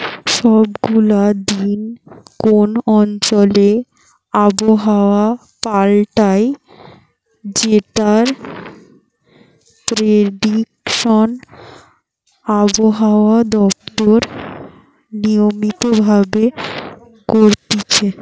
সব গুলা দিন কোন অঞ্চলে আবহাওয়া পাল্টায় যেটার প্রেডিকশন আবহাওয়া দপ্তর নিয়মিত ভাবে করতিছে